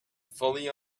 fully